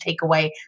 takeaway